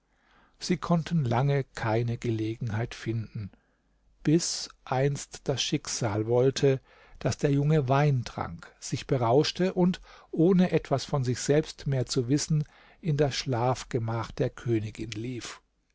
sie konnten lange keine gelegenheit finden bis einst das schicksal wollte daß der junge wein trank sich berauschte und ohne etwas von sich selbst mehr zu wissen in das schlafgemach der königin lief